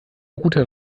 rute